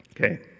Okay